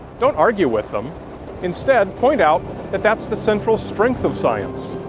don't argue with them instead point out that that's the central strength of science.